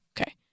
okay